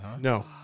No